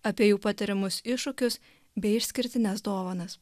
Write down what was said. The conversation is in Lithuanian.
apie jų patiriamus iššūkius bei išskirtines dovanas